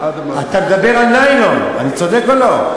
אתה מדבר על ניילון, אני צודק או לא?